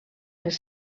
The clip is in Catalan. les